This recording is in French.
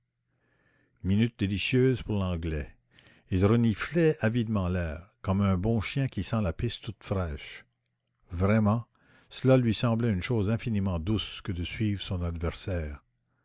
minutes délicieuses pour l'anglais il reniflait avidement l'air comme un bon chien qui sent la piste toute fraîche vraiment cela lui semblait une chose infiniment douce que de suivre son adversaire